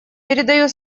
передаю